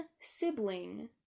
sibling